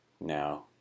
Now